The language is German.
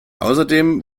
außerdem